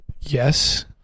Yes